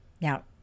now